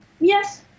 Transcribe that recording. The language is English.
Yes